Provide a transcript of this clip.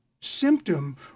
symptom